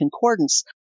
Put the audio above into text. concordance